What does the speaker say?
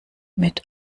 mit